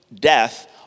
death